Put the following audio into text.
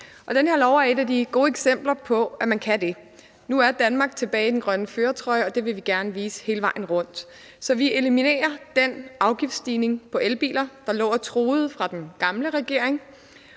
det her lovforslag er et af de gode eksempler på, at man kan det. Nu er Danmark tilbage i den grønne førertrøje, og det vil vi gerne vise hele vejen rundt. Så vi eliminerer den afgiftsstigning på elbiler, der lå og truede fra den gamle regering,